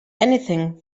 anything